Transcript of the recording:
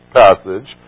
passage